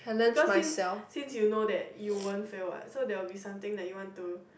because since since you know that you won't fail what so there will be something that you want to